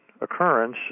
occurrence